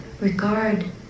regard